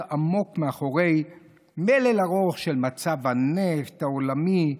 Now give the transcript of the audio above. עמוק מאחורי מלל ארוך של מצב הנפט העולמי,